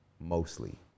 mostly